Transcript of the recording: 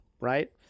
right